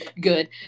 Good